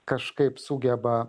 kažkaip sugeba